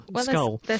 skull